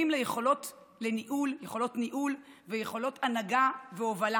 ליכולות ניהול וליכולות הנהגה והובלה.